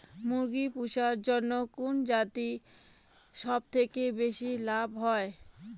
মুরগি পুষার জন্য কুন জাতীয় সবথেকে বেশি লাভ হয়?